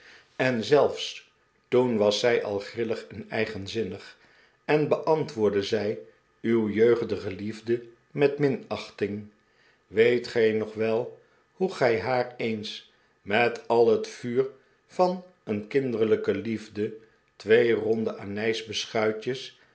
en zelfs toen was zij al grillig en eigenzmnig en beantwoordde zij uw jeugdige llefde met minachting weet gij nog wel hoe gij haar eens met al het vuur van een kinderlijke liefde twee ronde